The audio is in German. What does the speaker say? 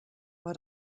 war